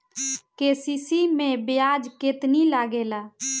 KCC मै ब्याज केतनि लागेला?